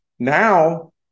Now